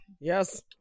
Yes